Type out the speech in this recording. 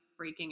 freaking